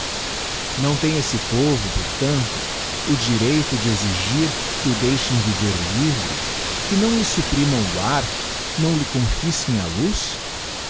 isíâo tem esse povo portanto o direito de exigir ue d deixem viver livre que não lhe supprimam o ar nfto lhe confisquem a luz